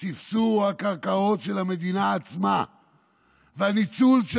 מספסור הקרקעות של המדינה עצמה ומהניצול של